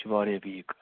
یہِ چھِ واریاہ ویٖک